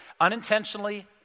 unintentionally